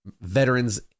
veterans